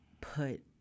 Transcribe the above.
put